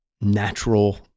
natural